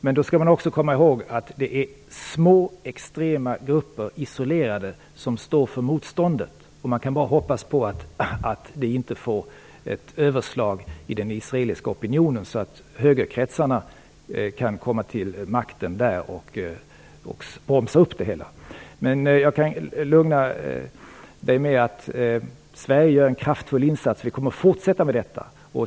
Men då skall man också komma i håg att det är små isolerade extrema grupper som står för motståndet, och man kan bara hoppas på att det inte får ett överslag i den israeliska opinionen så att högerkretsarna kan komma till makten där och bromsa upp det hela. Jag kan lugna Göran Magnusson med att Sverige gör en kraftfull insats, och vi kommer att fortsätta med detta.